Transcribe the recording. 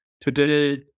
today